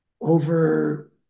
over